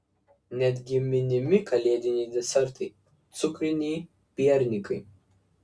netgi minimi kalėdiniai desertai cukriniai piernikai